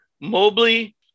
Mobley